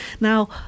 Now